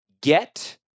get